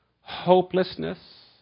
hopelessness